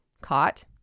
Caught